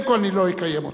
בין כה אני לא אקיים אותן.